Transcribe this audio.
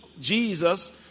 Jesus